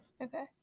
Okay